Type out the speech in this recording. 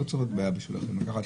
שאלה נוספת